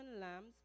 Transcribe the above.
lambs